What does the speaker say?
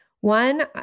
One